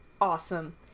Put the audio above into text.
Awesome